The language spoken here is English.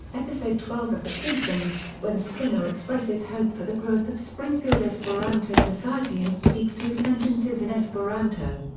episode twelve of the simpsons, when skinner expresses hope for the growth of springfield esperanto society and speaks two sentences in esperanto.